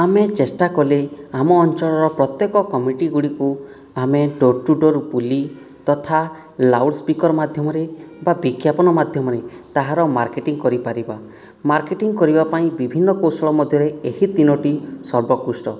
ଆମେ ଚେଷ୍ଟା କଲେ ଆମ ଅଞ୍ଚଳର ପ୍ରତ୍ୟେକ କମିଟିଗୁଡ଼ିକୁ ଆମେ ଡୋର୍ ଟୁ ଡୋର୍ ବୁଲି ତଥା ଲାଉଡ୍ ସ୍ପିକର ମାଧ୍ୟମରେ ବା ବିଜ୍ଞାପନ ମାଧ୍ୟମରେ ତାହାର ମାର୍କେଟିଂ କରିପାରିବା ମାର୍କେଟିଂ କରିବା ପାଇଁ ବିଭିନ୍ନ କୌଶଳ ମଧ୍ୟରେ ଏହି ତିନୋଟି ସର୍ବୋତ୍କୃଷ୍ଟ